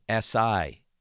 SI